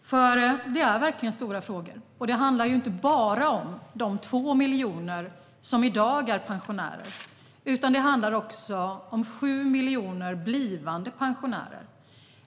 Det här är verkligen stora frågor. Det handlar inte bara om de 2 miljoner som i dag är pensionärer, utan det handlar också om 7 miljoner blivande pensionärer.